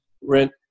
Rent